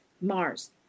Mars